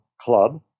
Club